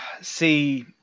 See